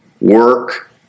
work